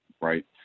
right